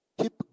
Keep